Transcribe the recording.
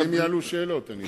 אם יעלו שאלות, אני אשמח להשיב.